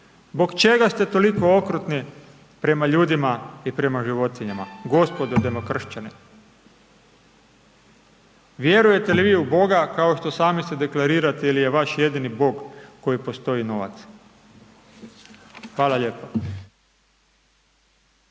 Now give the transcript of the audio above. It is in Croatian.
zbog čega ste toliko okrutni prema ljudima i prema životinjama, gospodo demokršćani? Vjerujete li vi u Boga kao što sami se deklarirate ili je vaš jedini Bog koji postoji novac? Hvala lijepa.